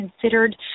considered